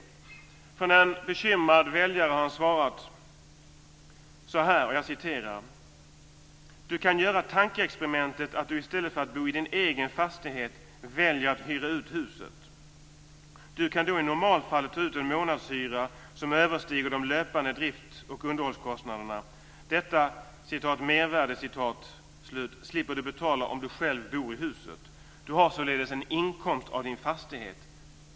Han har svarat en bekymrad väljare så här - och jag citerar: "Du kan göra tankeexperimentet att du, i stället för att bo i din egen fastighet, väljer att hyra ut huset. Du kan då i normalfallet ta ut en månadshyra som överstiger de löpande drift och underhållskostnaderna. Detta 'mervärde' slipper du betala om du själv bor i huset. Du har således en inkomst av din fastighet.